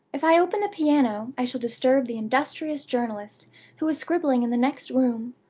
if i open the piano, i shall disturb the industrious journalist who is scribbling in the next room.